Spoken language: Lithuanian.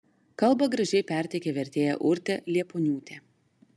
kalbą gražiai perteikė vertėja urtė liepuoniūtė